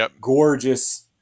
gorgeous